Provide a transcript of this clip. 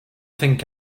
think